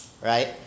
right